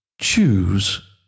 Choose